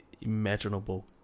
imaginable